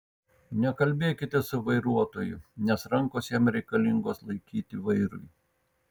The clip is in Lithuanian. nekalbėkite su vairuotoju nes rankos jam reikalingos laikyti vairui